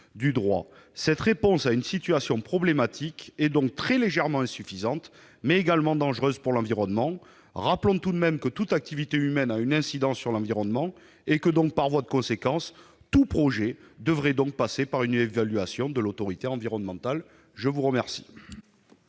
du droit. La réponse apportée à cette situation problématique est donc très largement insuffisante, mais également dangereuse pour l'environnement. Rappelons tout de même que toute activité humaine a une incidence sur l'environnement, et que, par voie de conséquence, tout projet devrait faire l'objet d'une évaluation de l'autorité environnementale. La parole